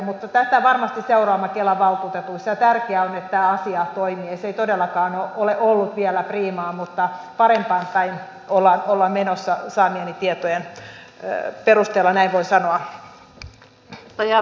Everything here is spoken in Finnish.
mutta tätä varmasti seuraamme kelan valtuutetuissa ja tärkeää on että tämä asia toimii ja se ei todellakaan ole ollut vielä priimaa mutta parempaan päin ollaan menossa saamieni tietojen perusteella näin voin sanoa